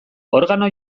organo